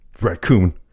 raccoon